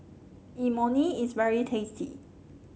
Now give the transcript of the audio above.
Imoni is very tasty